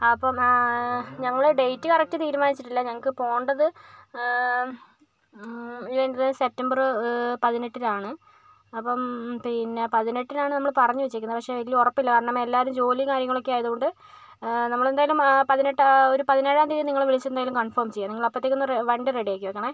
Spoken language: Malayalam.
അപ്പോൾ ഞങ്ങൾ ഡേറ്റ് കറക്റ്റ് തീരുമാനിച്ചിട്ടില്ല ഞങ്ങൾക്ക് പോകേണ്ടത് സെപ്റ്റംബർ പതിനെട്ടിനാണ് അപ്പം പിന്നെ പതിനെട്ടിനാണ് നമ്മൾ പറഞ്ഞു വെച്ചിരിക്കുന്നത് പക്ഷെ എനിക്ക് ഉറപ്പില്ല എല്ലാവരും ജോലി കാര്യങ്ങളൊക്കെ ആയത് കൊണ്ട് നമ്മൾ എന്തായാലും പതിനെട്ട് ഒരു പതിനേഴാം തിയതി നിങ്ങളെ വിളിച്ച് കൺഫോം ചെയ്യാം നിങ്ങൾ അപ്പോഴത്തേക്കൊന്ന് വണ്ടി റെഡിയാക്കി വെക്കണേ